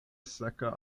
seka